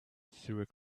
through